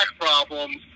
problems